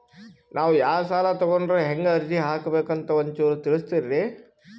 ನಾವು ಯಾ ಸಾಲ ತೊಗೊಂಡ್ರ ಹೆಂಗ ಅರ್ಜಿ ಹಾಕಬೇಕು ಅಂತ ಒಂಚೂರು ತಿಳಿಸ್ತೀರಿ?